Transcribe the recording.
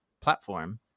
platform